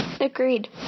Agreed